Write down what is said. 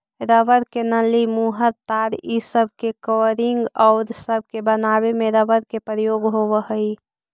rubber के नली, मुहर, तार इ सब के कवरिंग औउर सब बनावे में रबर के प्रयोग होवऽ हई